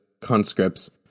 conscripts